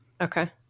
okay